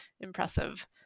impressive